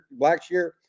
Blackshear